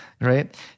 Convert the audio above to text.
right